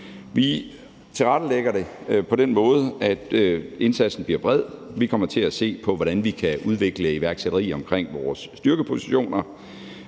Vi tilrettelægger det på den måde, at indsatsen bliver bred. Vi kommer til at se på, hvordan vi kan udvikle iværksætteri omkring vores styrkepositioner.